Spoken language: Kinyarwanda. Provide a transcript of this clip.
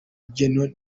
gen